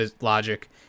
logic